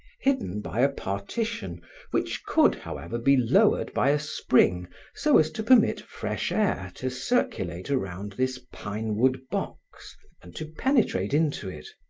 hidden by a partition which could, however, be lowered by a spring so as to permit fresh air to circulate around this pinewood box and to penetrate into it.